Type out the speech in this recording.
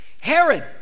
Herod